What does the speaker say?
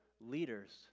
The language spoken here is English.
leaders